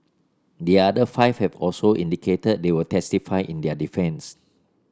the other five have also indicated they will testify in their defence